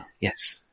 Yes